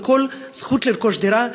הזכות לרכוש דירה,